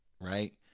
right